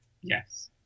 Yes